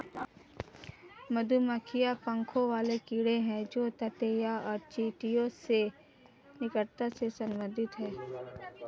मधुमक्खियां पंखों वाले कीड़े हैं जो ततैया और चींटियों से निकटता से संबंधित हैं